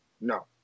No